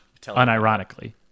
unironically